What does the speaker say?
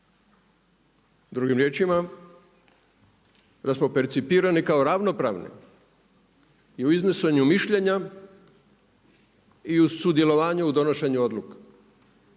Drugim riječima da smo percipirani kao ravnopravni i u iznošenju mišljenja i u sudjelovanju u donošenju odluka.